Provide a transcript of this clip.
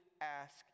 ask